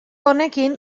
honekin